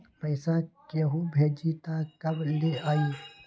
पैसा केहु भेजी त कब ले आई?